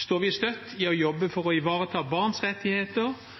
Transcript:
står vi støtt i å jobbe for å ivareta barns rettigheter